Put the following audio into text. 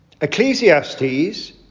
Ecclesiastes